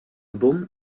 bon